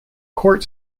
court